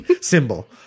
symbol